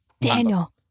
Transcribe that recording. Daniel